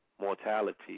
mortality